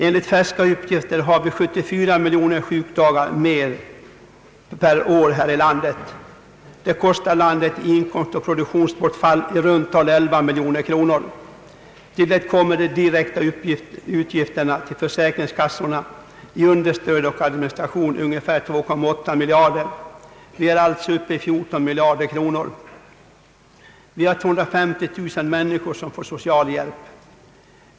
Enligt färska uppgifter har vi 74 miljoner sjukdagar per år här i landet. Det kostar landet i inkomstoch produktionsbortfall i runt tal 11 miljarder kronor. Till det kommer de direkta utgifterna för försäkringskassorna i understöd och administration, ungefär 2,8 miljarder. Vi är alltså uppe i 14 miljarder kronor. Vi har 250 000 människor som får socialhjälp.